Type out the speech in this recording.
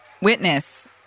witness